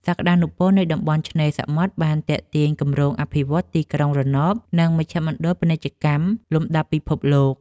សក្តានុពលនៃតំបន់ឆ្នេរសមុទ្របានទាក់ទាញគម្រោងអភិវឌ្ឍន៍ទីក្រុងរណប និងមជ្ឈមណ្ឌលពាណិជ្ជកម្មលំដាប់ពិភពលោក។